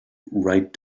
right